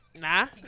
Nah